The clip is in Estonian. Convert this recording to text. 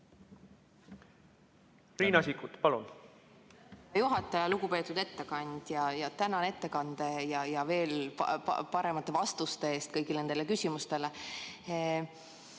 Riina Sikkut, palun!